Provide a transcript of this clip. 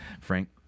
Frank